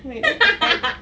my it the heck